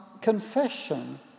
Confession